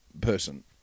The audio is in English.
person